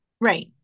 Right